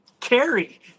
carry